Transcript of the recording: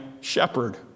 shepherd